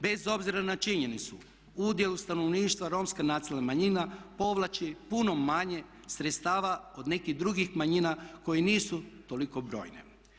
Bez obzira na činjenicu udio u stanovništva Romske nacionalne manjine povlači puno manje sredstava od nekih drugih manjina koji nisu toliko brojne.